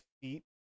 feet